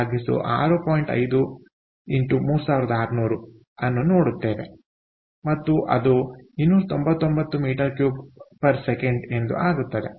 5 x 3600 ಅನ್ನು ನೋಡುತ್ತೇವೆ ಮತ್ತು ಅದು 299 m3 s ಎಂದು ಆಗುತ್ತದೆ